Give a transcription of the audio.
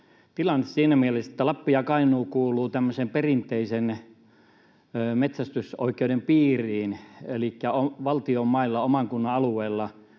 tilanne siinä mielessä, että Lappi ja Kainuu kuuluvat tämmöisen perinteisen metsästysoikeuden piiriin, elikkä valtion mailla oman kunnan alueella